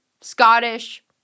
Scottish